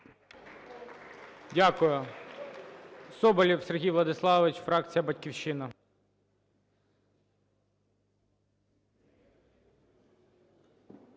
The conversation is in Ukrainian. Дякую.